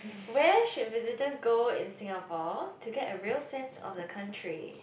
where should visitors go in Singapore to get a real sense of the country